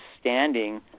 standing